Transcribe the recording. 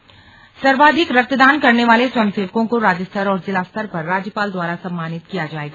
slug राज्यपाल सर्वाधिक रक्तदान करने वाले स्वयंसेवकों को राज्य स्तर और जिला स्तर पर राज्यपाल द्वारा सम्मानित किया जाएगा